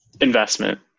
Investment